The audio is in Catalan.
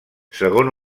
segon